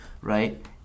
right